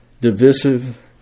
divisive